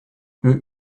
eux